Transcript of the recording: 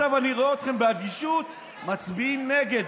אתם עכשיו, אני רואה אתכם באדישות מצביעים נגד.